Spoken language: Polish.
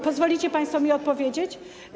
Pozwolicie państwo mi odpowiedzieć?